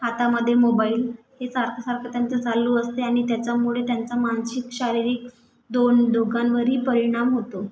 हातामध्ये मोबाईल हे सारखं सारखं त्यांचं चालू असते आणि त्याच्यामुळे त्यांचा मानसिक शारीरिक दोन दोघांवरही परिणाम होतो